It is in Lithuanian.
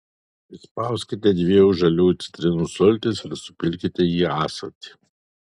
išspauskite dviejų žaliųjų citrinų sultis ir supilkite į ąsotį